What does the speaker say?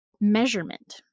measurement